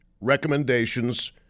recommendations